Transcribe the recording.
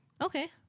Okay